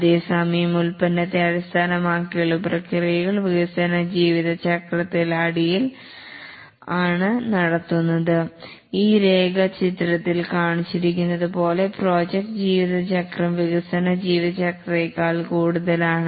അതേസമയം ഉൽപ്പന്നത്തെ അടിസ്ഥാനമാക്കിയുള്ള പ്രക്രിയകൾ വികസന ജീവിത ചക്രത്തിൽ അടിയിൽ ആണ് നടത്തുന്നത് ഈ രേഖ ചിത്രത്തിൽ കാണിച്ചിരിക്കുന്നതുപോലെ പ്രോജക്ട് ലൈഫ് സൈക്കിൾ വികസന ജീവിത ചക്ര ത്തേക്കാൾ കൂടുതലാണ്